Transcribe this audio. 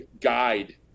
guide